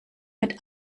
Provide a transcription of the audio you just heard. mit